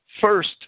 first